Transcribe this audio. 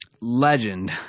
Legend